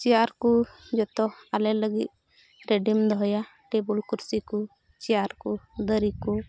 chair ᱠᱚ ᱡᱚᱛᱚ ᱟᱞᱮ ᱞᱟᱹᱜᱤᱫ ᱨᱮᱰᱤᱢ ᱫᱚᱦᱚᱭᱟ ᱴᱮᱵᱤᱞ ᱠᱩᱨᱥᱤ ᱠᱚ ᱪᱮᱭᱟᱨ ᱠᱚ ᱫᱟᱨᱮ ᱠᱚ